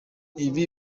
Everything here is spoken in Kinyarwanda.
ibi